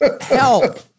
help